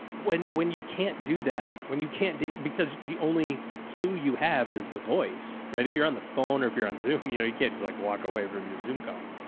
when, when you can't do that, when you can't date, because the only clue you have is the voice, right? if you're on the phone or if you're on zoom, you know, you can't just like walk away from your zoom call.